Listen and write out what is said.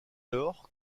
lors